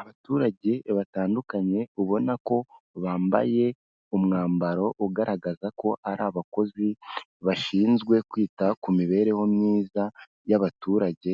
Abaturage batandukanye, ubona ko bambaye umwambaro ugaragaza ko ari abakozi bashinzwe kwita ku mibereho myiza y'abaturage,